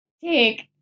take